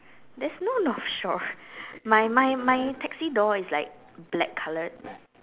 there's no North Shore my my my taxi door is like black coloured